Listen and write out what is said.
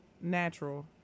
natural